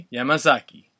Yamazaki